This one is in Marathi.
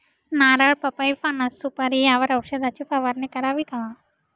नारळ, पपई, फणस, सुपारी यावर औषधाची फवारणी करावी का?